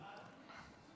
ההצעה להעביר